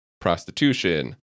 prostitution